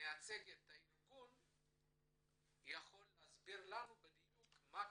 שמייצג את הארגון יכול להסביר לנו בדיוק מה קרה.